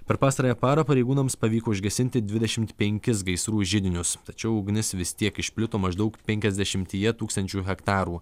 per pastarąją parą pareigūnams pavyko užgesinti dvidešimt penkis gaisrų židinius tačiau ugnis vis tiek išplito maždaug penkiasdešimtyje tūkstančių hektarų